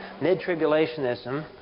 mid-tribulationism